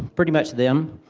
pretty much them.